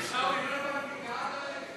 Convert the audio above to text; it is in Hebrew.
תודה רבה, אדוני,